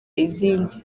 izindi